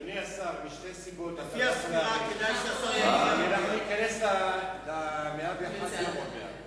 אם אתה תאריך, ניכנס ל-101 יום עוד מעט.